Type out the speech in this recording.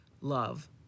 love